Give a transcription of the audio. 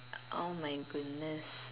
oh my goodness